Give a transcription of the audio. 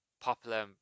popular